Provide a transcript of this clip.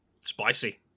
Spicy